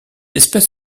espèce